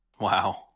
Wow